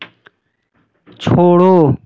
छोड़ो